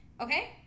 Okay